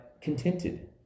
contented